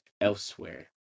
elsewhere